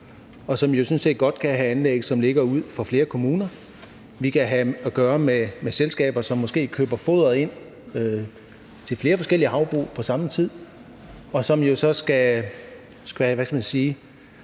set godt kan have anlæg, som ligger ud for flere kommuner. Vi kan have at gøre med selskaber, som måske køber foder ind til flere forskellige havbrug på samme tid, og som jo så vil skulle, hvad skal man sige,